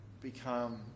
become